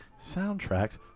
soundtracks